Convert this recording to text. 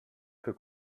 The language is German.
für